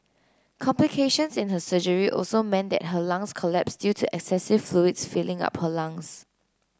complications in her surgery also meant that her lungs collapsed due to excessive fluids filling up her lungs